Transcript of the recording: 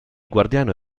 guardiano